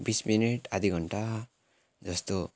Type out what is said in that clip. बिस मिनट आधी घण्टा जस्तो